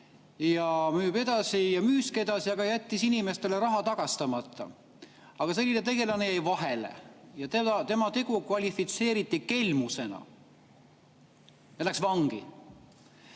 ja müüb edasi. Müüski edasi, aga jättis inimestele raha [maksmata]. Selline tegelane jäi vahele, tema tegu kvalifitseeriti kelmusena ja läks vangi.